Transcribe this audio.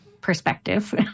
perspective